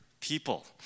people